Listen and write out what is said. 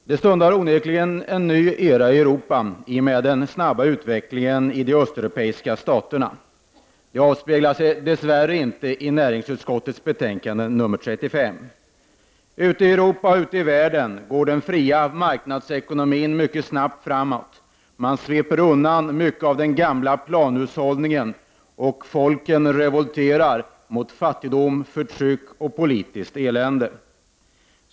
Herr talman! Det stundar onekligen en ny era i Europa i och med den snabba utvecklingen i de östeuropeiska staterna. Det avspeglar sig dess värre inte i näringsutskottets betänkande 35. I Europa och i världen i övrigt går den fria marknadsekonomin mycket snabbt framåt. Man sveper undan mycket av den gamla planhushållningen, och folken revolterar mot fattigdom, förtryck och politiskt elände.